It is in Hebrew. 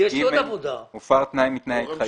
הופר תנאי מתנאי ההתחייבות,